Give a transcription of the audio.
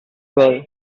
pearl